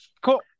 Cool